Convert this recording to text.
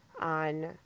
on